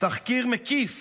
תחקיר מקיף